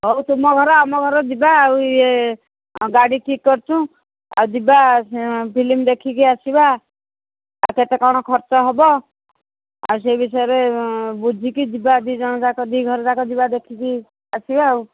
ହଉ ତୁମ ଘର ଆମ ଘର ଯିବା ଆଉ ଇଏ ଗାଡ଼ି ଠିକ କରିଛୁ ଆଉ ଯିବା ଫିଲ୍ମ ଦେଖିକି ଆସିବା ଆଉ କେତେ କ'ଣ ଖର୍ଚ୍ଚ ହେବ ଆଉ ସେ ବିଷୟରେ ବୁଝିକି ଯିବା ଦୁଇ ଜଣ ଯାକ ଦୁଇ ଘର ଯାକ ଯିବା ଦେଖିକି ଆସିବା ଆଉ